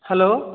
hello